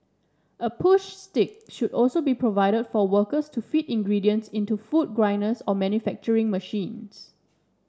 a push stick should also be provided for workers to feed ingredients into food grinders or manufacturing machines